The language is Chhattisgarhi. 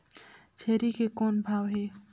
छेरी के कौन भाव हे?